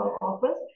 offers